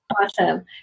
Awesome